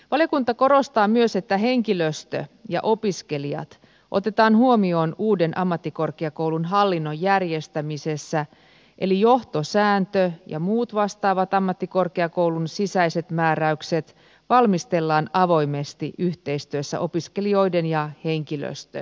valiokunta korostaa myös että henkilöstö ja opiskelijat otetaan huomioon uuden ammattikorkeakoulun hallinnon järjestämisessä eli johtosääntö ja muut vastaavat ammattikorkeakoulun sisäiset määräykset valmistellaan avoimesti yhteistyössä opiskelijoiden ja henkilöstön kanssa